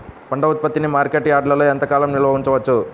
పంట ఉత్పత్తిని మార్కెట్ యార్డ్లలో ఎంతకాలం నిల్వ ఉంచవచ్చు?